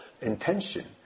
intention